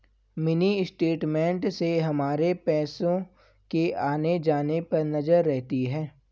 mini statement से हमारे पैसो के आने जाने पर नजर रहती है